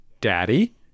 Daddy